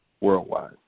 Worldwide